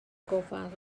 gofal